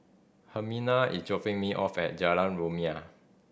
Hermina is dropping me off at Jalan Rumia